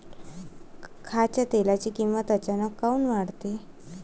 खाच्या तेलाची किमत अचानक काऊन वाढते?